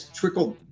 trickled